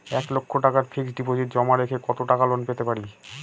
এক লক্ষ টাকার ফিক্সড ডিপোজিট জমা রেখে কত টাকা লোন পেতে পারি?